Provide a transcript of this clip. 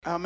Amen